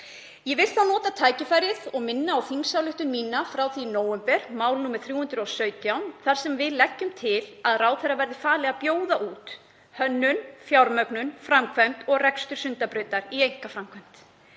Ég vil þá nota tækifærið og minna á þingsályktunartillögu mína frá því í nóvember, mál nr. 317, þar sem við leggjum til að ráðherra verði falið að bjóða út hönnun, fjármögnun, framkvæmd og rekstur Sundabrautar í einkaframkvæmd.